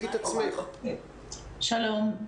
שלום,